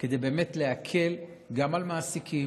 כדי באמת להקל גם על מעסיקים,